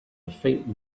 faint